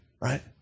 Right